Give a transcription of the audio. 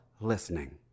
listening